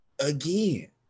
again